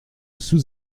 sous